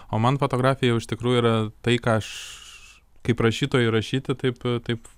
o man fotografija jau iš tikrųjų yra tai ką aš kaip rašytojui rašyti taip taip